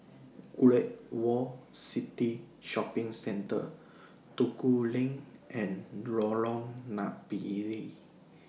Great World City Shopping Centre Duku Lane and Lorong Napiri